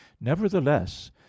nevertheless